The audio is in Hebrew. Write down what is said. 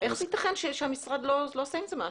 איך זה יתכן שהמשרד לא עושה עם זה משהו?